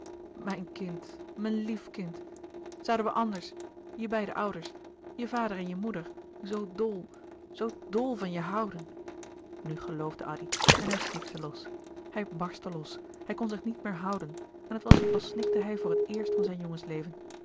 mijn kind mijn lief kind zouden we anders je beide ouders je vader en je moeder zoo dol zoo dol van je houden nu geloofde addy en hij snikte los hij barstte los hij kon zich niet meer houden en het was als snikte hij voor het eerst van zijn